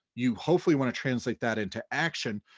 you hopefully wanna translate that into action,